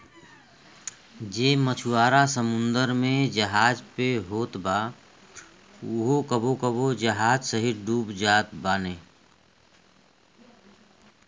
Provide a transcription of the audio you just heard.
जे मछुआरा समुंदर में जहाज पे होत बा उहो कबो कबो जहाज सहिते डूब जात बाने